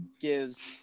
gives